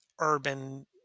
urban